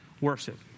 worship